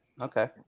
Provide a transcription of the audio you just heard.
Okay